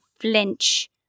flinch